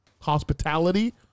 Hospitality